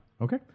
Okay